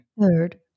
third